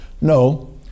No